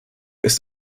ist